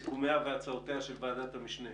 את סיכומיה והצעותיה של ועדת המשנה